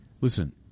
Listen